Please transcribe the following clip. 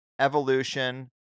evolution